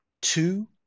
two